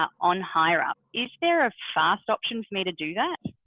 um on hireup, is there a fast option for me to do that?